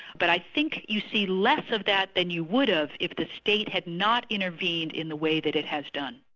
but i think you see less of that than you would have if the state had not intervened in the way that it has done.